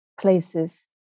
places